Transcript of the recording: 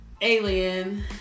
alien